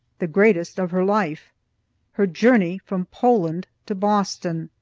the greatest of her life her journey from poland to boston.